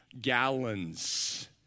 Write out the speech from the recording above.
gallons